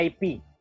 IP